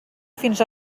fins